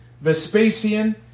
Vespasian